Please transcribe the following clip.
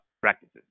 practices